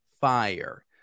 fire